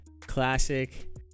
Classic